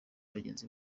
bagenzi